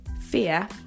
Fear